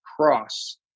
cross